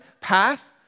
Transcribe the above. path